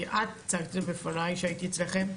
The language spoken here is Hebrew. כי את הצגת את זה בפניי כשהייתי אצלכם,